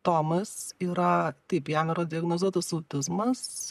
tomas yra taip jam yra diagnozuotas autizmas